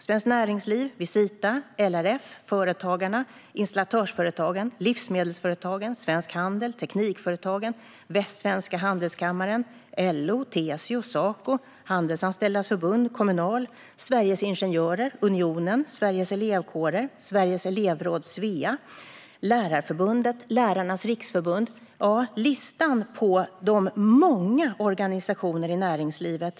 Svenskt Näringsliv, Visita, LRF, Företagarna, Installatörsföretagen, Livsmedelsföretagen, Svensk Handel, Teknikföretagen, Västsvenska Handelskammaren, LO, TCO, Saco, Handelsanställdas förbund, Kommunal, Sveriges ingenjörer, Unionen, Sveriges Elevkårer, Sveriges elevråd Svea, Lärarförbundet, Lärarnas Riksförbund - ja, listan kan göras mycket längre på de många organisationer i näringslivet som är upprörda.